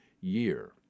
year